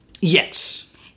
Yes